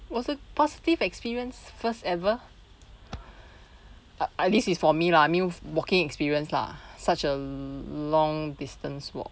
was a positive experience first ever at least for me lah meal walking experience lah such a long distance walk